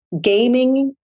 gaming